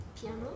piano